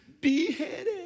beheaded